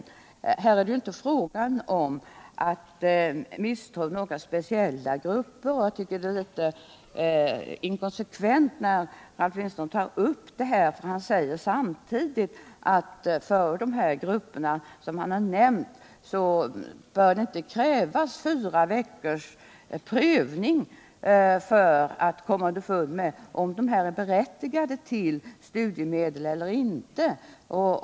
Men här är det ju inte fråga om att misstro några speciella grupper! Jag tycker också att det är litet inkonsekvent av Ralf Lindström att han, samtidigt som han tar upp denna sak, säger att det för de grupper som han har nämnt inte behöver krävas flera veckors prövning för att komma underfund med huruvida de är berättigade till studiemedlen eller inte.